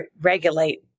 regulate